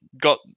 got